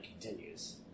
continues